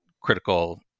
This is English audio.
critical